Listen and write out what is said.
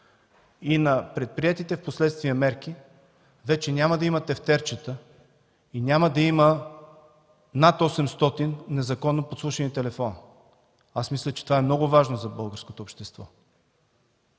и на предприетите впоследствие мерки вече няма да има тефтерчета и няма да има над 800 незаконно подслушани телефона. Аз мисля, че това е много важно за българското общество.